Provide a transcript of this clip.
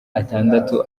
atandatu